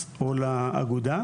אותם.